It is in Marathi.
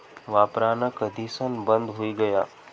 वापरान कधीसन बंद हुई गया